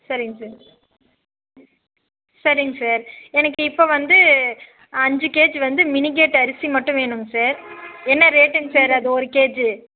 சரிங்க சார் சரிங்க சார் எனக்கு இப்போ வந்து அஞ்சு கேஜி வந்து மினி கேட்டு அரிசி மட்டும் வேணுங்க சார் என்ன ரேட்டுங்க சார் அது ஒரு கேஜி